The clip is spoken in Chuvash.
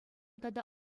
тата